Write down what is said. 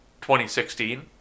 2016